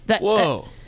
Whoa